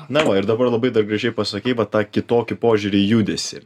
na o ir dabar labai gražiai pasakei va tą kitokį požiūrį į judesį